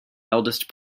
eldest